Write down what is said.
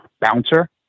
bouncer